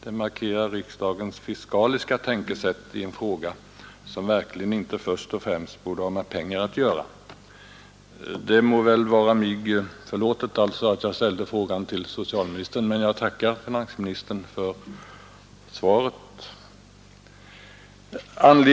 Det markerar riksdagens fiskaliska tänkesätt i en fråga som verkligen inte först och främst borde ha med pengar att göra.” Det må därför vara mig förlåtet att jag framställde frågan till socialministern. Jag tackar finansministern för svaret.